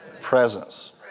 presence